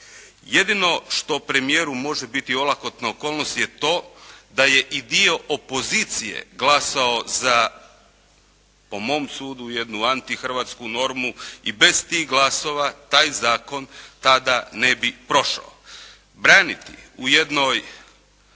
Jedino što premijeru može biti olakotna okolnost je to da je i dio opozicije glasao za po mom sudu jednu anti hrvatsku normu i bez tih glasova taj zakon tada ne bi prošao. Braniti u jednoj